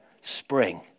spring